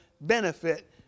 benefit